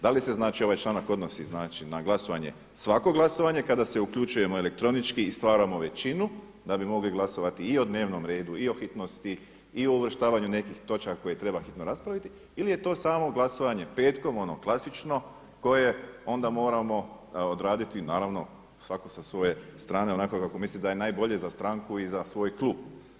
Da li se znači ovaj članak, znači odnosi na glasovanje, svako glasovanje kada se uključujemo elektronički i stvaramo većinu da bi mogli glasovati i o dnevnom redu i o hitnosti i o uvrštavanju nekih točaka koje treba hitno raspraviti ili je to samo glasovanje petkom ono klasično koje onda moramo odraditi naravno svako sa svoje strane onako kako misli da je najbolje za stranku i za svoj klub.